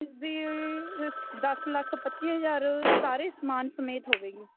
ਇਸ ਦੀ ਇਸ ਦਸ ਲੱਖ ਪੱਚੀ ਹਜ਼ਾਰ ਸਾਰੇ ਸਮਾਨ ਸਮੇਤ ਹੋਵੇਗੀ